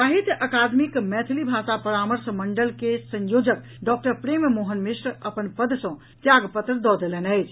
साहित्य अकादमी के मैथिली भाषा परामर्श मंडल के संयोजक डॉक्टर प्रेम मोहन मिश्र अपन पद सँ त्याग पत्र दऽ देलनि अछि